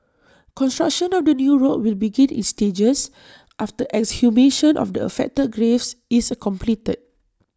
construction of the new road will begin in stages after exhumation of the affected graves is completed